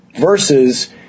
versus